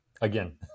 again